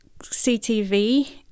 CTV